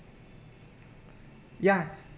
ya